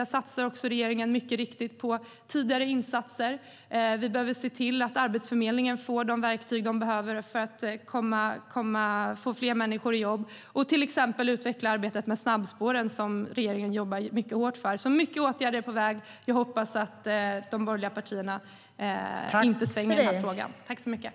Där satsar också regeringen mycket riktigt på tidigare insatser. Vi behöver se till att Arbetsförmedlingen får de verktyg som behövs för att få fler människor i jobb och till exempel utveckla arbetet med snabbspår, som regeringen jobbar hårt för. Mycket åtgärder är på väg. Jag hoppas att de borgerliga partierna inte svänger i den här frågan.